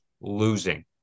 losing